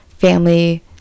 family